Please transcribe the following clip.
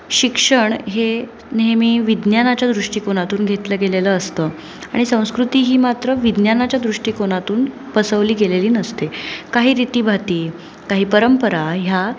शिक्षण हे नेहमी विज्ञानाच्या दृष्टिकोनातून घेतलं गेलेलं असतं आणि संस्कृती ही मात्र विज्ञानाच्या दृष्टिकोनातून बसवली गेलेली नसते काही रितीभाती काही परंपरा ह्या